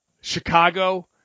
Chicago